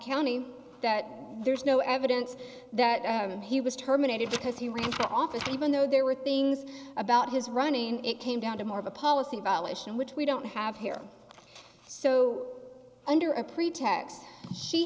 county that there's no evidence that he was terminated because he ran for office even though there were things about his running it came down to more of a policy about mission which we don't have here so under a pretext she